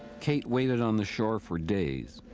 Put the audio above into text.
kate waited on the shore for days,